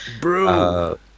bro